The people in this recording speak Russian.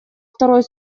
второй